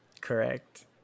Correct